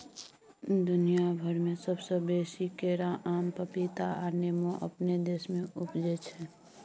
दुनिया भइर में सबसे बेसी केरा, आम, पपीता आ नेमो अपने देश में उपजै छै